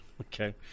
Okay